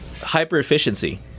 Hyper-efficiency